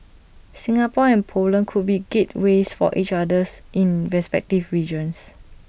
Singapore and Poland could be gateways for each others in respective regions